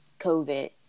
covid